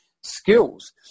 skills